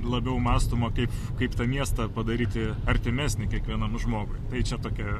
labiau mąstoma kaip kaip tą miestą padaryti artimesnį kiekvienam žmogui tai čia tokia